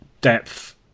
depth